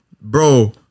bro